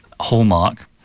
hallmark